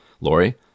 Lori